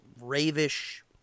Ravish